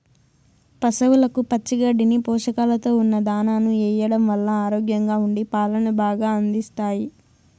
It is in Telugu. పసవులకు పచ్చి గడ్డిని, పోషకాలతో ఉన్న దానాను ఎయ్యడం వల్ల ఆరోగ్యంగా ఉండి పాలను బాగా అందిస్తాయి